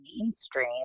mainstream